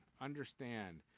Understand